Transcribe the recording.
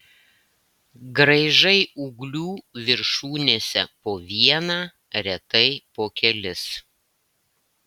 graižai ūglių viršūnėse po vieną retai po kelis